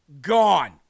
gone